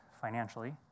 financially